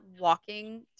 walking